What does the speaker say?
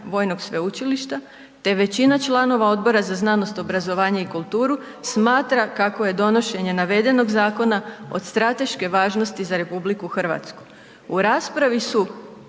vojnog sveučilišta te većina članova Odbora za znanost, obrazovanje i kulturu smatra kako je donošenje navedenog zakona od strateške važnosti za RH. U raspravi su